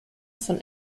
von